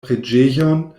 preĝejon